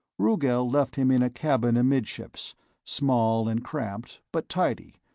rugel left him in a cabin amidships small and cramped, but tidy,